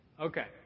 Okay